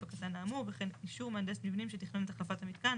הקטן האמור וכן אישור מהנדס מבנים שתכנן את החלפת המיתקן